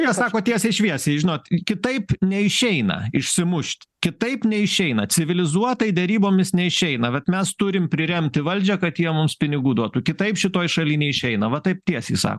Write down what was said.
jie sako tiesiai šviesiai žinot kitaip neišeina išsimušt kitaip neišeina civilizuotai derybomis neišeina vat mes turim priremti valdžią kad jie mums pinigų duotų kitaip šitoj šaly neišeina va taip tiesiai sa